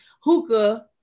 hookah